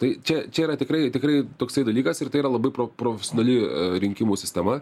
tai čia čia yra tikrai tikrai toksai dalykas ir tai yra labai pro profesionali rinkimų sistema